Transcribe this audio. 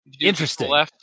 Interesting